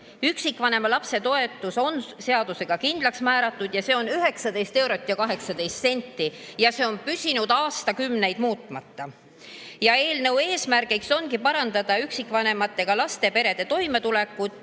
lapse toetus on seadusega kindlaks määratud: see on 19 eurot ja 18 senti ning see on püsinud aastakümneid muutumatuna. Eelnõu eesmärgiks on parandada üksikvanematega laste perede toimetulekut